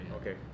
Okay